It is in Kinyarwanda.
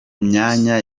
myanya